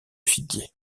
figuier